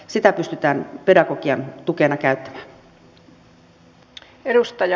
sitä pystytään pedagogian tukena käyttämään